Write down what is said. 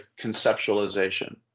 Conceptualization